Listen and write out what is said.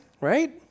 right